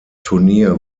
turnier